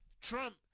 Trump